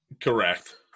Correct